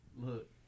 Look